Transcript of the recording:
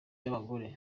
y’abagore